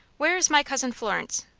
where is my cousin florence?